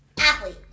Athlete